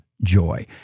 Joy